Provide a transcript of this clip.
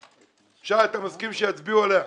שי, אתה מסכים שיצביעו עליה?